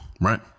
Right